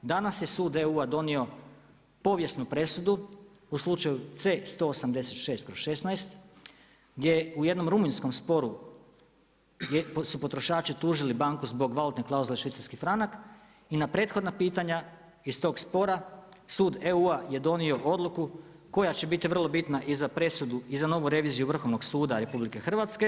Danas je sud EU-a donio povijesnu presudu u slučaju C 186/16 gdje je u jednom rumunjskom sporu gdje su potrošači tužili banku zbog valutne klauzule švicarski franak i na prethodna pitanja iz tog spora sud EU-a je donio odluku koja će biti vrlo bitna i za presudu i za novu reviziju Vrhovnog suda RH.